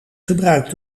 gebruikt